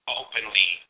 openly